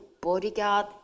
bodyguard